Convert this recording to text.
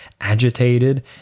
agitated